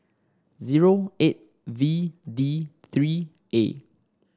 zero eight V D three A